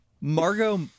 Margot